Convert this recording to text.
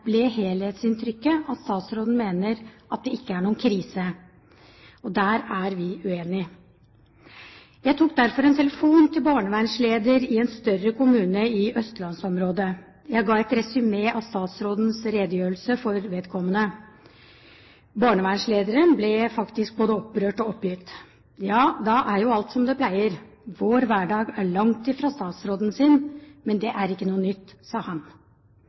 ble helhetsinntrykket at statsråden mener at det ikke er noen krise. Og der er vi uenige. Jeg tok derfor en telefon til barnevernslederen i en større kommune i østlandsområdet. Jeg ga et resymé av statsrådens redegjørelse for vedkommende. Barnevernslederen ble faktisk både opprørt og oppgitt. – Ja, da er alt som det pleier. Vår hverdag er langt fra statsråden sin, men det er ikke noe nytt, sa